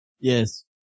Yes